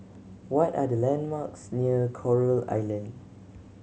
what are the landmarks near Coral Island